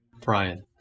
Brian